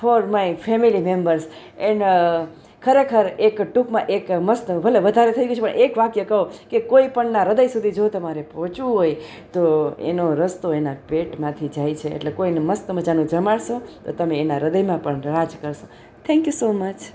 four my family members and ખરેખર એક ટૂંકમાં એક મસ્ત ભલે વધારે થઈ ગયું છે પણ એક વાક્ય કહું કે કોઈપણના હૃદય સુધી જો તમારે પહોંચવું હોય તો એનો રસ્તો એના પેટમાંથી જાય છે એટલે કોઈને મસ્ત મજાનું જમાડશો તો તમે એના હૃદયમાં પણ રાજ કરશો થેન્ક યુ સો મચ